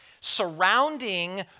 Surrounding